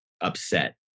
upset